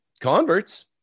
converts